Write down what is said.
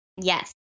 Yes